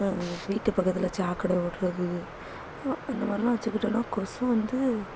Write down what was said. வீட்டு பக்கத்தில் சாக்கடை ஓடுறது இந்த மாதிரிலாம் வெச்சுகிட்டோம்னா கொசு வந்து